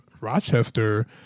Rochester